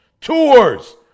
tours